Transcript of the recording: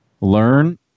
Learn